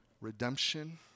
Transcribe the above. redemption